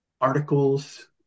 articles